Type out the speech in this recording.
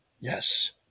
Yes